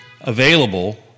available